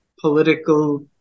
political